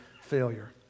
failure